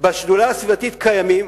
בשדולה הסביבתית קיימים,